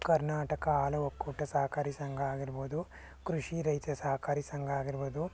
ಕರ್ನಾಟಕ ಹಾಲು ಒಕ್ಕೂಟ ಸಹಕಾರಿ ಸಂಘ ಆಗಿರ್ಬೋದು ಕೃಷಿ ರೈತ ಸಹಕಾರಿ ಸಂಘ ಆಗಿರ್ಬೋದು